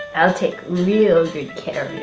i'll take real good care